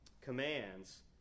commands